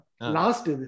Last